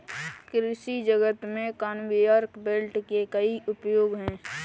कृषि जगत में कन्वेयर बेल्ट के कई उपयोग हैं